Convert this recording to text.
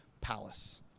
palace